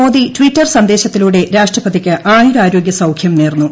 Modi twitter സന്ദേശത്തിലൂടെ രാഷ്ട്രപതിക്ക് ആയുരാരോഗ്യ സൌഖ്യം നേർന്നു